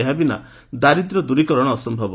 ଏହା ବିନା ଦାରିଦ୍ର୍ୟ ଦୂରୀକରଣ ଅସମ୍ଭବ